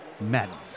Madness